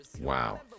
wow